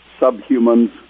subhumans